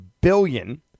billion